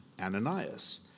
Ananias